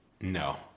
No